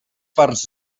parts